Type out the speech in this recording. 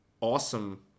awesome